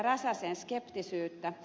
räsäsen skeptisyyttä